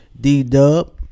d-dub